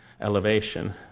elevation